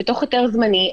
בהיתר זמני,